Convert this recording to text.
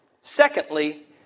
Secondly